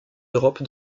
d’europe